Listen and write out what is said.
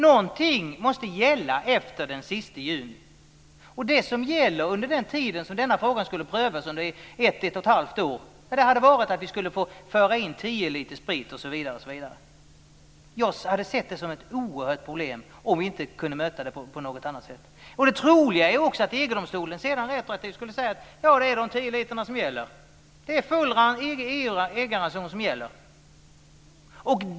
Någonting måste gälla efter den sista juni. Under ett till ett och ett halvt år när frågan prövades hade vi fått föra in 10 liter sprit, osv. Jag hade sett det som ett oerhört problem om vi inte kunnat möta det på något annat sätt. Det troliga är att EG-domstolen sedan retroaktivt skulle kunna säga att det är de tio litrarna som gäller, dvs. full EG-ranson.